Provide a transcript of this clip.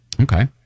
Okay